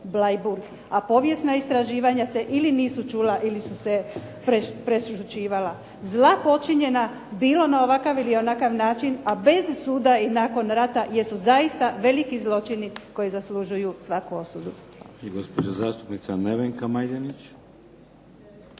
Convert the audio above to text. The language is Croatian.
a povijesna istraživanja se ili nisu čula ili su se prešućivala. Zla počinjenja bilo na ovakav ili onakav način, a bez suda i nakon rata jesu zaista veliki zločini koji zaslužuju svaku osudu.